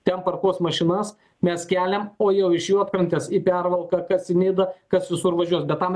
ten parkuos mašinas mes keliam o jau iš juodkrantės į pervalką kas į nidą kas visur važiuos